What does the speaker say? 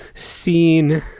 seen